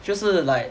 就是 like